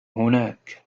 هناك